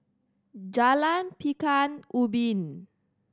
Jalan Pekan Ubin